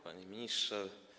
Panie Ministrze!